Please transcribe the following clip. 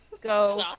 Go